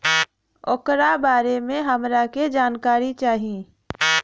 ओकरा बारे मे हमरा के जानकारी चाही?